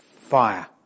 fire